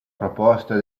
proposta